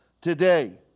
today